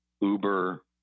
Uber